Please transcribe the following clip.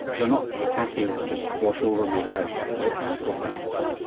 they are not passive just wash over me type web programs.